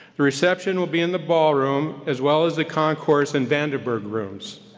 the reception will be in the ballroom as well as the concourse and vanderburgh rooms.